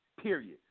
period